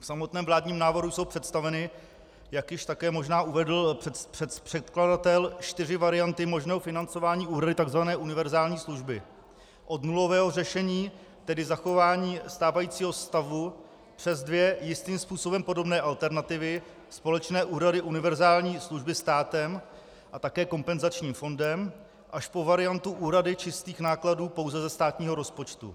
V samotném vládním návrhu jsou představeny, jak již možná také uvedl předkladatel, čtyři varianty možného financování úhrady tzv. univerzální služby od nulového řešení, tedy zachování stávajícího stavu, přes dvě jistým způsobem podobné alternativy společné úhrady univerzální služby státem a také kompenzačním fondem až po variantu úhrady čistých nákladů pouze ze státního rozpočtu.